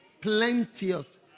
plenteous